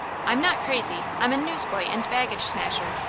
i'm not crazy. i'm a newsboy and baggage-smasher.